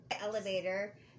elevator